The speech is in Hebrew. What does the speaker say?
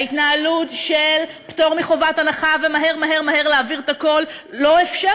ההתנהלות של פטור מחובת הנחה ומהר מהר מהר להעביר את הכול לא אפשרה